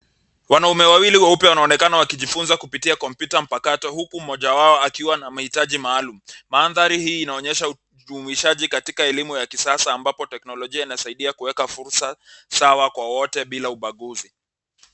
Wanaume wawili weupe wanaonekana wakijifunza kupitia kompyuta mpakato, huku moja wao akiwa na mahitaji maalum, maandari hii unaonyesha ujumuishaji katika elimu ya kisasa ambapo teknolojia inazaidia kuweka fursa sawa kwa wote bila upakuzi.